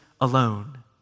alone